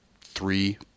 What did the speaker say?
three